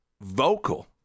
vocal